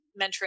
mentoring